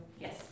Yes